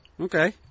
Okay